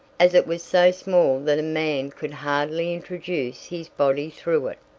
as it was so small that a man could hardly introduce his body through it.